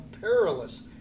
perilous